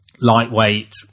lightweight